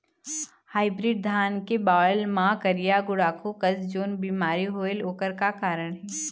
Hybrid धान के बायेल मां करिया गुड़ाखू कस जोन बीमारी होएल ओकर का कारण हे?